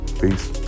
Peace